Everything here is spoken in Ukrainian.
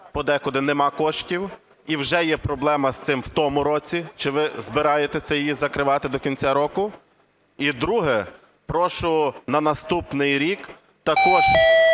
подекуди нема коштів. І вже є проблема з цим в тому році. Чи ви збираєтесь її закривати до кінця року? І друге. Прошу на наступний рік також